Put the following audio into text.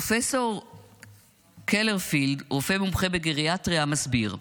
פרופ' קלרפילד, רופא מומחה בגריאטריה, מסביר: